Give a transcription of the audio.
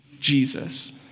Jesus